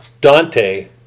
Dante